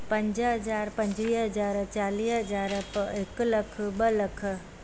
पंज हज़ार पंजुवीह हज़ार चालीह हज़ार प हिकु लखु ॿ लख